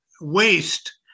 waste